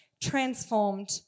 transformed